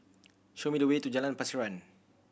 show me the way to Jalan Pasiran